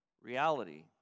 reality